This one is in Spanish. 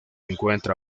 encuentra